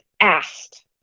asked